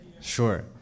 sure